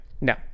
No